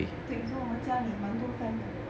听说我们家里蛮多 fan 的